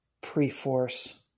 pre-force